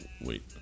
Wait